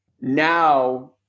now